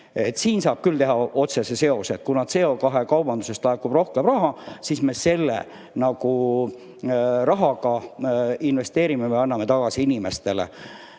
Siin saab küll teha otsese seose, et kuna CO2kaubandusest laekub rohkem raha, siis me selle raha investeerime või anname inimestele